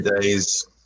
days